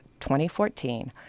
2014